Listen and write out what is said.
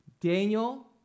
Daniel